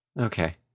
Okay